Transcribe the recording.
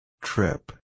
Trip